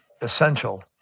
essential